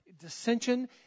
dissension